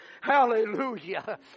Hallelujah